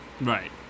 Right